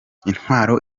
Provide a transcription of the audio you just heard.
intwaro